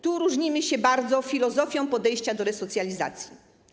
Tu różnimy się bardzo filozofią podejścia do resocjalizacji.